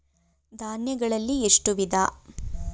ಧಾನ್ಯಗಳಲ್ಲಿ ಎಷ್ಟು ವಿಧ?